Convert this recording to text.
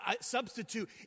substitute